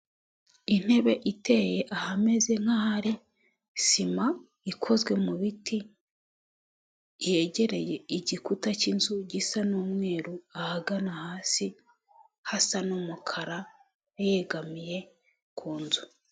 Intebe iteye ahameze nk'ahari sima, ikozwe mu biti, yegereye igikuta cy'inzu gisa n'umweru, ahagana hasi hasa n'umukara, yegamiye ku nzu.